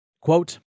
Quote